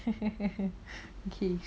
okay